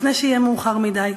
לפני שיהיה מאוחר מדי.